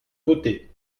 voter